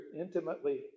intimately